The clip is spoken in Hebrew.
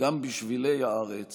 גם בשבילי הארץ